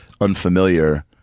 unfamiliar